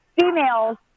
females